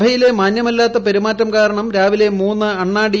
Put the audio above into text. സഭയിലെ മാന്യമല്ലാത്ത പെരുമാറ്റം കാരണം രാവിലെ മൂന്ന് അണ്ണാ ഡി